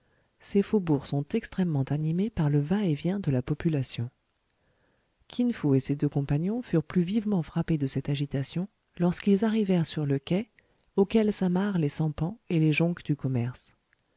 ses faubourgs sont extrêmement animés par le va etvient de la population kin fo et ses deux compagnons furent plus vivement frappés de cette agitation lorsqu'ils arrivèrent sur le quai auquel s'amarrent les sampans et les jonques du commerce